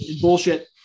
bullshit